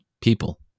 people